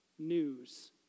news